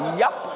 yup.